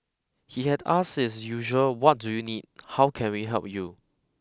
he had asked his usual what do you need how can we help you